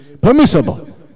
Permissible